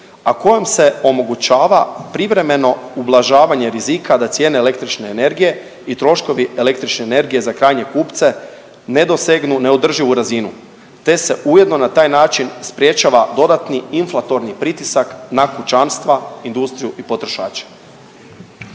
a kojom se omogućava privremeno ublažavanje rizika da cijene električne energije i troškovi električne energije za krajnje kupce ne dosegnu neodrživu razinu te se ujedno na taj način sprječava dodatni inflatorni pritisak na kućanstva, industriju i potrošače.